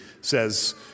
says